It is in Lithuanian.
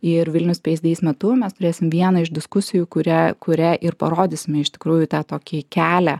ir vilnius space days metu mes turėsim vieną iš diskusijų kurią kuria ir parodysime iš tikrųjų tą tokį kelią